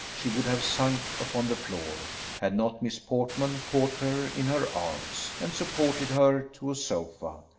she would have sunk upon the floor, had not miss portman caught her in her arms, and supported her to a sofa.